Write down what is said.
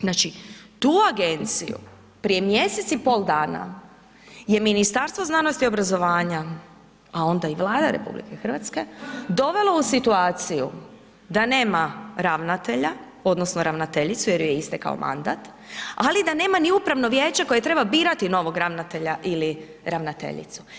Znači, tu agenciju prije mjesec i pol dana je Ministarstvo znanosti i obrazovanja, a onda i Vlada RH dovela u situaciju da nema ravnatelja odnosno ravnateljicu jer joj je istekao mandat, ali da nema ni upravno vijeće koje treba birati novog ravnatelja ili ravnateljicu.